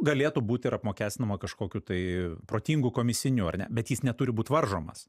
galėtų būti ir apmokestinama kažkokiu tai protingu komisiniu ar ne bet jis neturi būt varžomas